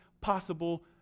possible